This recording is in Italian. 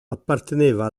apparteneva